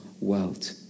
world